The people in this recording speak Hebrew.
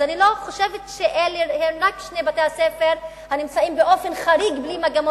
אז אני לא חושבת שרק אלה שני בתי-ספר הנמצאים באופן חריג בלי מגמות,